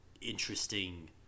interesting